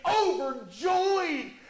overjoyed